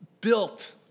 built